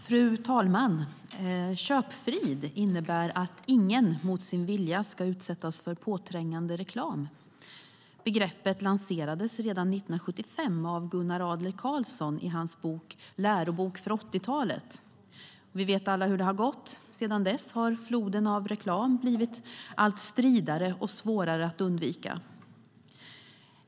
Fru talman! Köpfrid innebär att ingen mot sin vilja ska utsättas för påträngande reklam. Begreppet lanserades redan 1975 av Gunnar Adler Karlsson i hans bok Lärobok för 80-talet . Vi vet alla hur det gått. Sedan dess har floden av reklam blivit allt stridare och svårare att undvika.